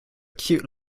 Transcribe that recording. cute